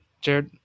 Jared